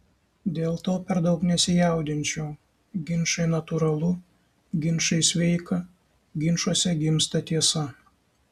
dėl to per daug nesijaudinčiau ginčai natūralu ginčai sveika ginčuose gimsta tiesa